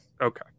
Okay